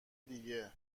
دیگه